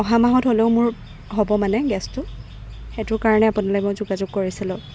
অহা মাহত হলও মানে হ'ব মোৰ গেছটো সেইটোৰ কাৰণে আপোনাৰ লগত যোগাযোগ কৰিছিলোঁ